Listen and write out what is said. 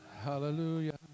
hallelujah